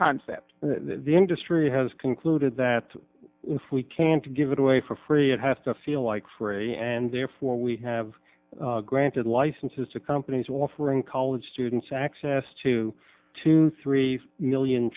concept the industry has concluded that food can't give it away for free it have to feel like free and therefore we have granted licenses to companies offering college students access to two three million